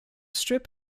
strip